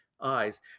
eyes